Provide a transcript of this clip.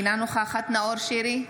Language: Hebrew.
אינה נוכחת נאור שירי,